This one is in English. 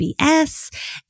BS